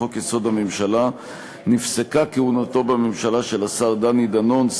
לחוק-יסוד: הממשלה נפסקה כהונתו בממשלה של השר דני דנון,